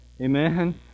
Amen